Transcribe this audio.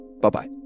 Bye-bye